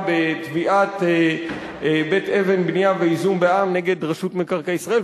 בתביעת "בית אבן בנייה וייזום בע"מ" נגד רשות מקרקעי ישראל.